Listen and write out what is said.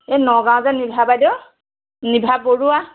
এই নগাঁৱৰ যে নিভা বাইদেউ নিভা বৰুৱা